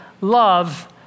love